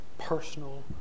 personal